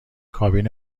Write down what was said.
کابین